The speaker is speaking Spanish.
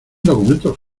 documentos